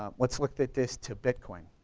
um let's look at this to bitcoin,